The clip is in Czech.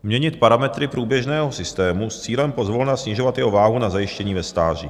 Měnit parametry průběžného systému s cílem pozvolna snižovat jeho váhu na zajištění ve stáří.